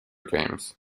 games